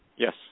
Yes